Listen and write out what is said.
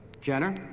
Jenner